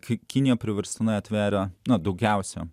kai kinija priverstinai atveria na daugiausiai